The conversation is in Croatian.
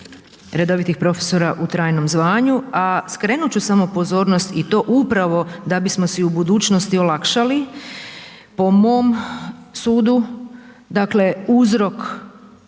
redovitih profesora u trajnom zvanju a skrenut ću samo pozornost i to upravo da bi smo si u budućnosti olakšali po mom sudu, dakle uzrok